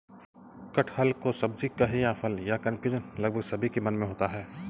कटहल को सब्जी कहें या फल, यह कन्फ्यूजन लगभग सभी के मन में होता है